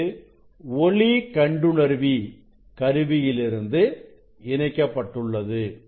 இது ஒளி கண்டுணர்வி கருவியிலிருந்து இணைக்கப்பட்டுள்ளது